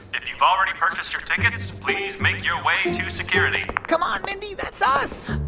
if you've already purchased your tickets, please make your way to security come on, mindy. that's ah us